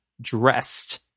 dressed